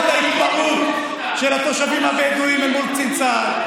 את ההתפרעות של התושבים הבדואים מול קצין צה"ל,